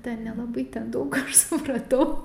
ten nelabai daug aš supratau